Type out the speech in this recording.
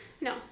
No